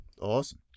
Awesome